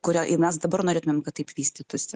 kuria mes dabar norėtumėm kad taip vystytųsi